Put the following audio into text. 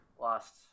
Lost